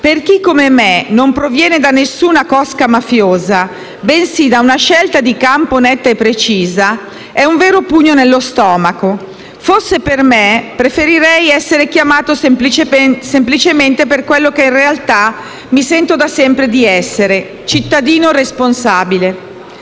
per chi come me non proviene da nessuna cosca mafiosa, bensì da una scelta di campo netta e precisa, è un vero pugno nello stomaco. Fosse per me, preferirei essere chiamato semplicemente per quello che in realtà mi sento da sempre di essere: cittadino responsabile».